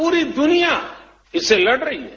पूरी दुनिया इससे लड़ रही है